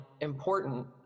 important